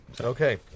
okay